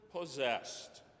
possessed